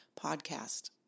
podcast